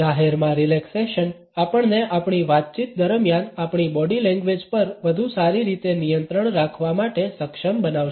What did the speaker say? જાહેરમાં રિલેક્સેશન આપણને આપણી વાતચીત દરમિયાન આપણી બોડી લેંગ્વેજ પર વધુ સારી રીતે નિયંત્રણ રાખવા માટે સક્ષમ બનાવશે